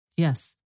yes